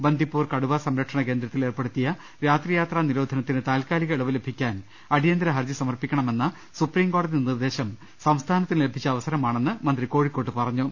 ബന്ദിപ്പൂർ കടുവാ സംരക്ഷണ കേന്ദ്ര ത്തിൽ ഏർപ്പെടുത്തിയ രാത്രിയാത്രാ നിരോധനത്തിന് താൽക്കാലിക ഇളവ് ലഭിക്കാൻ അടിയന്തര ഹർജി സമർപ്പിക്കണമെന്ന സുപ്രീംകോടതി നിർദ്ദേശം സംസ്ഥാനത്തിന് ലഭിച്ച അവസരമാണെന്ന് മന്ത്രി കോഴിക്കോട്ട് പറഞ്ഞു